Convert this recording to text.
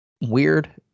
weird